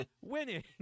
winning